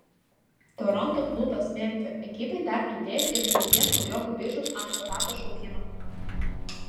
toronto klubas memfio ekipai dar pridėjo ir ateities naujokų biržos antro rato šaukimą